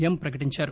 ఎం ప్రకటించారు